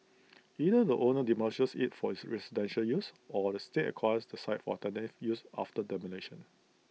either the owner demolishes IT for residential use or the state acquires the site for alternative use after demolition